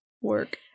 Work